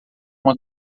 uma